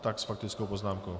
Tak s faktickou poznámkou.